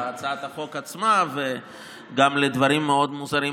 להצעת החוק עצמה וגם לדברים מאוד מוזרים,